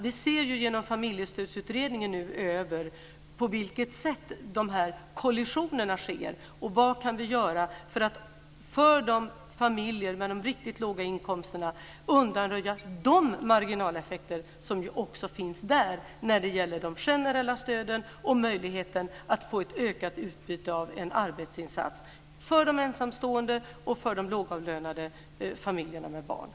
Vi ser genom familjestödsutredningen nu över på vilket sätt kollisionerna sker. Vi ser över vad vi kan göra för att för familjer med riktigt låga inkomster undanröja de marginaleffekter som ju också finns där när det gäller de generella stöden och möjligheten att få ett ökat utbyte av en arbetsinsats för de ensamstående och för de lågavlönade familjerna med barn.